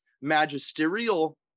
magisterial